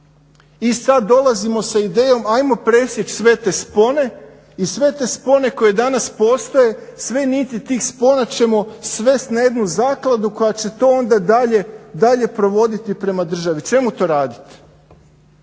I sad dolazimo sa idejom, ajmo presjeći sve te spone i sve te spone koje danas postoje, sve niti tih spona ćemo svest na jednu zakladu koja će to onda dalje provoditi prema državi. Čemu to radit?